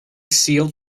sealed